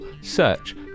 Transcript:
search